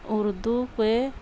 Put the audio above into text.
اردو پ